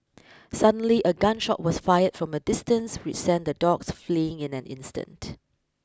suddenly a gun shot was fired from a distance which sent the dogs fleeing in an instant